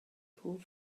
pob